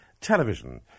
television